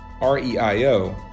REIO